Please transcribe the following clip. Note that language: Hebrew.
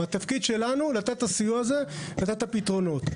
והתפקיד שלנו הוא לתת אותו ולתת את הפתרונות.